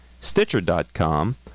Stitcher.com